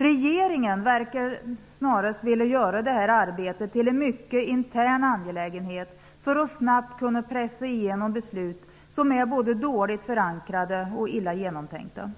Regeringen verkar snarast vilja göra arbetet till en mycket intern angelägenhet för att snabbt kunna pressa igenom beslut som är dåligt förankrade och illa genomtänkta.